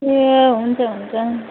ए हुन्छ हुन्छ